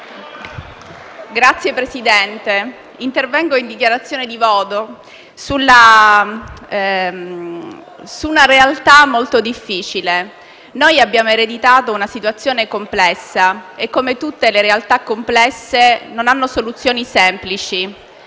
Signor Presidente, intervengo in dichiarazione di voto su una realtà molto difficile. Noi abbiamo ereditato una situazione complessa e, come tutte le realtà complesse, non hanno soluzioni semplici.